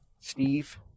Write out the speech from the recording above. Steve